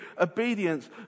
obedience